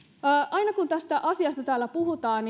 aina kun tästä asiasta täällä puhutaan